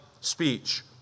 speech